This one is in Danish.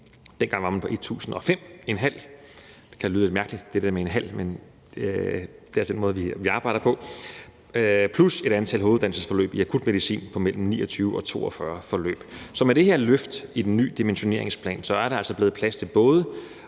Dengang lå man på 1005,5. Det der med 0,5 kan lyde lidt mærkeligt, men det er altså den måde, vi arbejder på. Dertil skal lægges et antal hoveduddannelsesforløb i akutmedicin på mellem 29 og 42. Så med det her løft i den ny dimensioneringsplan er der altså blevet plads til både